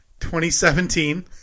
2017